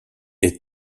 est